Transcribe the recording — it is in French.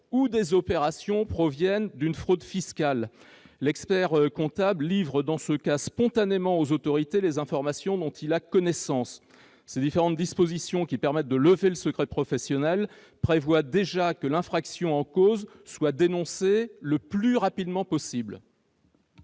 ou des opérations proviennent d'une fraude fiscale. Dans ce cas, l'expert-comptable livre spontanément aux autorités les informations dont il a connaissance. Ces différentes dispositions, qui permettent de lever le secret professionnel, prévoient déjà que l'infraction en cause soit dénoncée le plus rapidement possible.